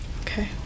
Okay